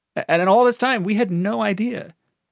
and in all this time, we had no idea.